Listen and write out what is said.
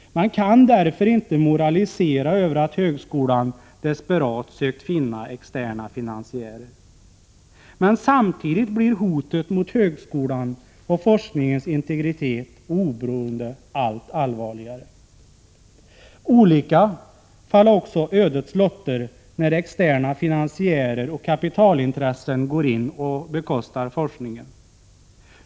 Man kan därför inte moralisera över att högskolan desperat sökt finna externa finansiärer. Men samtidigt blir hotet mot högskolans och forskningens integritet och oberoende allt allvarligare. Olika falla också ödets lotter när externa finansiärer och kapitalintressen går in och bekostar forskningen.